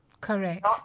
Correct